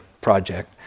project